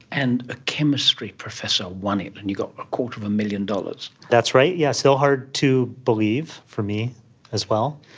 and a chemistry professor won it and you got a quarter of a million dollars. that's right, yes, still hard to believe for me as well.